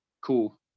cool